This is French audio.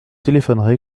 téléphonerai